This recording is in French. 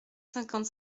cinquante